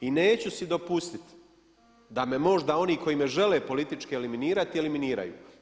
I neću si dopustiti da me možda oni koji me žele politički eliminirati eliminiraju.